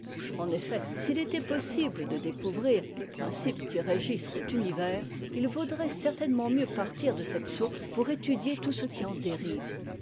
en effet s'il était possible de découvrir les principes qui régissent cet univers il vaudrait certainement mieux partir de cette source pour étudier tout ce qui en dérive